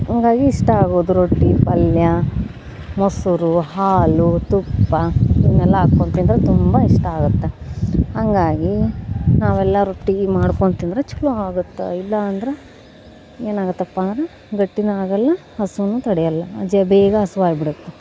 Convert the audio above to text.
ಹಂಗಾಗಿ ಇಷ್ಟ ಆಗೋದು ರೊಟ್ಟಿ ಪಲ್ಯ ಮೊಸರು ಹಾಲು ತುಪ್ಪ ಇವನ್ನೆಲ್ಲ ಹಾಕ್ಕೊಂಡು ತಿಂದರೆ ತುಂಬ ಇಷ್ಟ ಆಗುತ್ತೆ ಹಂಗಾಗಿ ನಾವೆಲ್ಲ ರೊಟ್ಟಿ ಮಾಡ್ಕೊಂಡು ತಿಂದರೆ ಚಲೋ ಆಗುತ್ತೆ ಇಲ್ಲಾಂದ್ರೆ ಏನಾಗುತ್ತಪ್ಪ ಅಂದರೆ ಗಟ್ಟಿಯೂ ಆಗೋಲ್ಲ ಹಸ್ವನ್ನೂ ತಡೆಯೋಲ್ಲ ಜ ಬೇಗ ಹಸ್ವಾಗ್ಬಿಡುತ್ತೆ